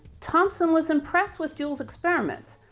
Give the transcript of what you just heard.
thomson was impressed with joule's experiments,